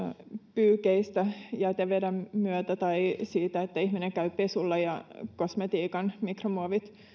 pyykeistä jäteveden myötä tai siitä että ihminen käy pesulla ja kosmetiikan mikromuovit